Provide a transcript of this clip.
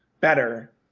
better